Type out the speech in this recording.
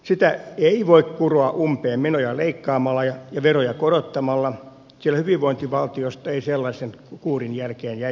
sitä ei voi kuroa umpeen menoja leikkaamalla ja veroja korottamalla sillä hyvinvointivaltiosta ei sellaisen kuurin jälkeen jäisi paljon jäljelle